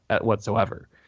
whatsoever